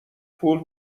پول